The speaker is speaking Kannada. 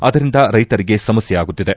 ಅದರಿಂದ ರೈತರಿಗೆ ಸಮಸ್ಕೆ ಆಗುತ್ತಿದೆ